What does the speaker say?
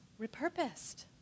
repurposed